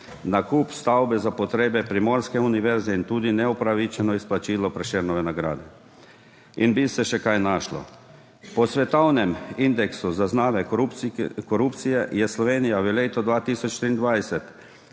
nakup stavbe za potrebe primorske univerze in tudi neupravičeno izplačilo Prešernove nagrade in bi se še kaj našlo. Po svetovnem indeksu zaznave korupcije Slovenija v letu 2023